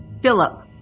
Philip